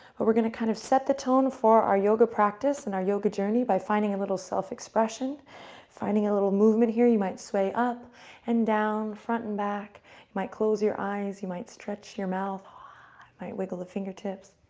but we're going to kind of set the tone for our yoga practice and our yoga journey by finding a little self-expression, finding a little movement. you might sway up and down, front and back, you might close your eyes, you might stretch your mouth, you ah might wiggle the fingertips.